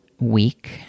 week